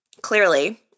Clearly